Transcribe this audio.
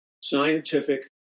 scientific